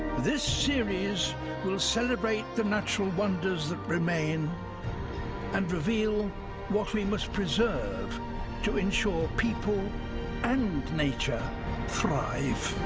this series will celebrate the natural wonders that remain and reveal what we must preserve to ensure people and nature thrive.